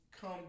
come